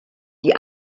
die